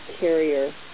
carrier